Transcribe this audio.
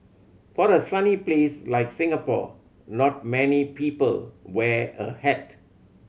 for a sunny place like Singapore not many people wear a hat